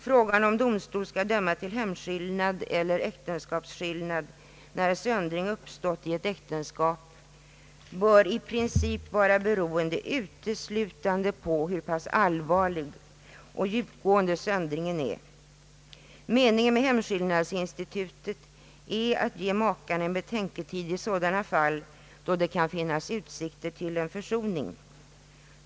Frågan om domstol skall döma till hemskillnad eller äktenskapsskillnad när söndring uppstått i ett äktenskap bör i princip vara beroende uteslutande på hur pass allvarlig och djupgående söndringen är. Meningen med hemskillnadsinstitutet är att ge makarna en betänketid i sådana fall, då det kan finnas utsikter till försoning.